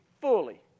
fully